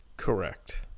Correct